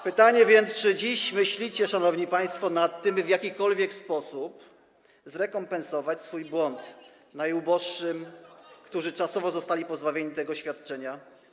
Pytanie więc, czy dziś myślicie, szanowni państwo, nad tym, by w jakikolwiek sposób zrekompensować swój błąd najuboższym, którzy czasowo zostali pozbawieni tego świadczenia.